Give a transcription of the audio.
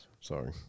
Sorry